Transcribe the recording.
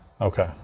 Okay